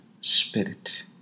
spirit